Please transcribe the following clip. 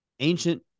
ancient